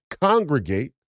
congregate